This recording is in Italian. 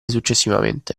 successivamente